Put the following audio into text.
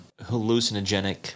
hallucinogenic